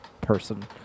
person